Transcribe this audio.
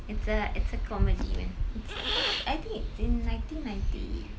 it's a it's a comedy one it's I think it's in nineteen ninety